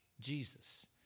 Jesus